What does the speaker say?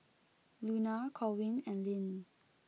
Luna Corwin and Lyn